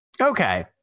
Okay